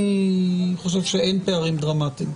אני חושב שאין פערים דרמטיים.